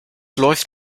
läuft